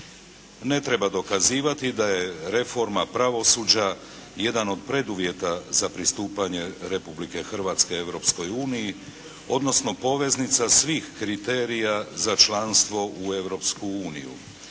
Ne treba dokazivati da je reforma pravosuđa jedan od preduvjeta za pristupanje Republike Hrvatske Europskoj uniji odnosno poveznica svih kriterija za članstvo u